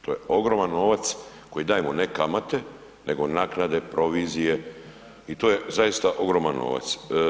To je ogroman novac, koji dajemo ne kamate, nego naknade, provizije i to je zaista ogroman novac.